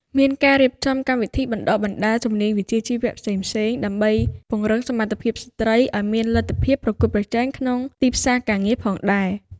មានការរៀបចំកម្មវិធីបណ្តុះបណ្តាលជំនាញវិជ្ជាជីវៈផ្សេងៗ ដើម្បីពង្រឹងសមត្ថភាពស្ត្រីឱ្យមានលទ្ធភាពប្រកួតប្រជែងក្នុងទីផ្សារការងារផងដែរ។